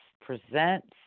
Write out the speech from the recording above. presents